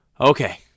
Okay